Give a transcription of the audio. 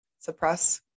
suppress